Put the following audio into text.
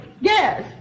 Yes